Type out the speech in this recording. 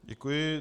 Děkuji.